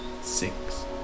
six